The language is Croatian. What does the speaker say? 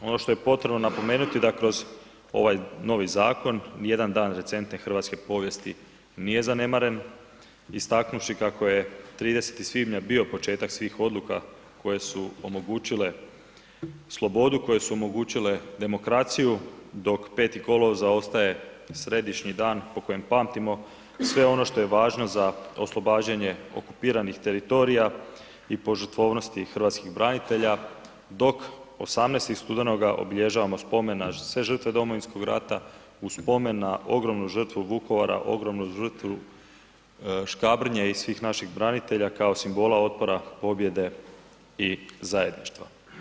Ono što je potrebno napomenuti da kroz ovaj novi zakon, jedan dan recentne hrvatske povijesti nije zanemaren istaknuvši kako je 30. svibnja bio početak svih odluka koje su omogućile slobodu, koje su omogućile demokraciju dok 5. kolovoza ostaje središnji dan po kojem pamtimo sve ono što je važno za oslobađanje okupiranih teritorija i požrtvovnosti hrvatskih branitelja dok 18. studenoga obilježavamo spomen na sve žrtve Domovinskog rata, uz spomen na ogromnu žrtvu Vukovara, ogromnu žrtvu Škabrnje i svih naših branitelja kao simbola otpora, pobjede i zajedništva.